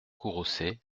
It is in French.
courroucée